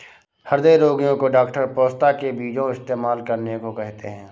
हृदय रोगीयो को डॉक्टर पोस्ता के बीजो इस्तेमाल करने को कहते है